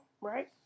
Right